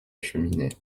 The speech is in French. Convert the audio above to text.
cheminée